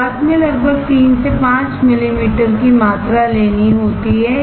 शुरुआत में लगभग 3 से 5 मिलीलीटर की मात्रा लेनी होती है